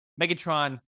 Megatron